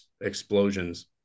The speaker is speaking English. explosions